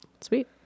Sweet